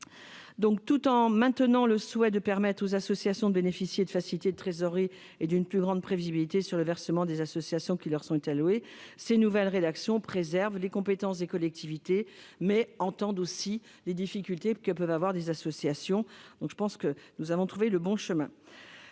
Tout en maintenant le souhait de permettre aux associations de bénéficier de facilités de trésorerie et d'une plus grande prévisibilité sur le versement des subventions qui leur ont été allouées, ces nouvelles rédactions préservent les compétences des collectivités. Elles reposent sur la compréhension des difficultés que peuvent avoir les associations. Nous avons trouvé le bon